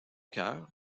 cœur